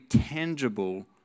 tangible